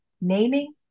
naming